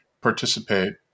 participate